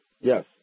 Yes